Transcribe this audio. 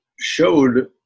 showed